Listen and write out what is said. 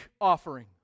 offering